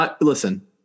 Listen